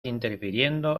interfiriendo